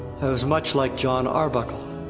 i was much like jon arbuckle.